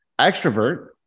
Extrovert